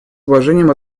уважением